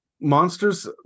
monsters